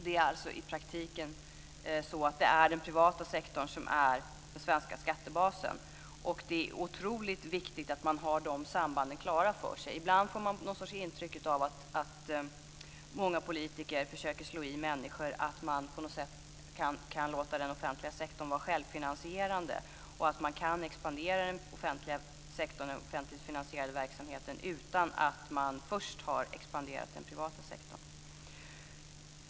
Det är alltså i praktiken den privata sektorn som är den svenska skattebasen. Och det är otroligt viktigt att man har dessa samband klara för sig. Ibland får man någon sorts intryck av att många politiker försöker slå i människor att man på något sätt kan låta den offentliga sektorn vara självfinansierande och att man kan expandera den offentliga sektorn, den offentligt finansierade verksamheten, utan att man först har expanderat den privata sektorn.